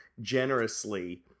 generously